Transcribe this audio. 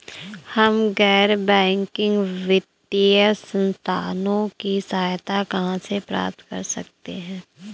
हम गैर बैंकिंग वित्तीय संस्थानों की सहायता कहाँ से प्राप्त कर सकते हैं?